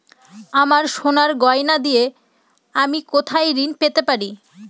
আমার সোনার গয়নার দিয়ে আমি কোথায় ঋণ পেতে পারি?